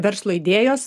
verslo idėjos